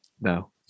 No